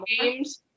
games